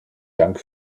dank